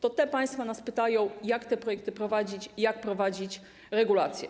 To te państwa nas pytają, jak te projekty prowadzić i jak prowadzić regulacje.